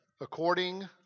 according